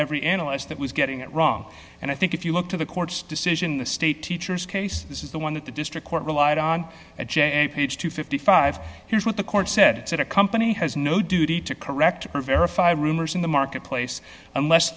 every analyst that was getting it wrong and i think if you look to the court's decision the state teacher's case this is the one that the district court relied on page two hundred and fifty five here's what the court said that a company has no duty to correct or verify rumors in the marketplace unless